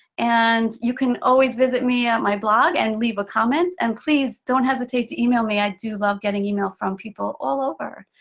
and you can always visit me at my blog and leave a comment. and please, don't hesitate to email me. i do love getting email from people all over.